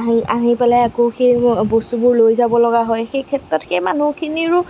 আ আহি পেলাই আকৌ সেই বস্তুবোৰ লৈ যাব লগা হয় সেই ক্ষেত্ৰত সেই মানুহখিনিৰো